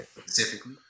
Specifically